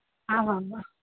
ఆహా అవ్వ